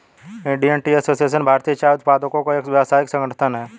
Indian Tea Association भारतीय चाय उत्पादकों का एक व्यावसायिक संगठन है